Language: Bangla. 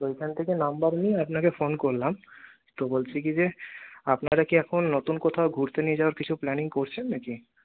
তো ওইখান থেকে নাম্বার নিয়ে আপনাকে ফোন করলাম তো বলছি কি যে আপনারা কি এখন নতুন কোথাও ঘুরতে নিয়ে যাবার কিছু প্ল্যানিং করছেন নাকি